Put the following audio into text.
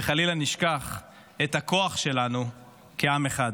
וחלילה נשכח את הכוח שלנו כעם אחד.